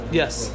yes